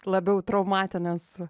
labiau traumatinės